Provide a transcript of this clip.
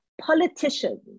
politicians